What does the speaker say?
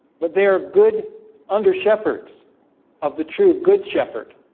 but they are good under shepherds of the true good shepherd